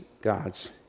God's